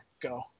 go